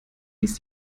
ließ